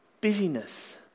Busyness